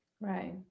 right